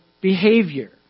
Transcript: behavior